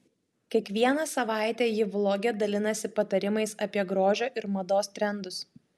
kiekvieną savaitę ji vloge dalinasi patarimais apie grožio ir mados trendus